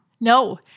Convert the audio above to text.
No